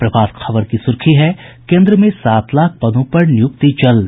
प्रभात खबर की सुर्खी है केंद्र में सात लाख पदों पर नियुक्ति जल्द